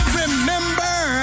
remember